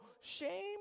shame